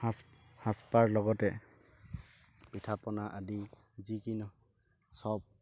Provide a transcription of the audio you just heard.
সাজ সাজপাৰ লগতে পিঠাপনা আদি যিকি নহওক চব